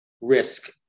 risk